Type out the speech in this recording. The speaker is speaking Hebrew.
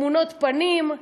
תמונות פנים,